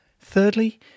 Thirdly